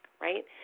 right